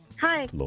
Hi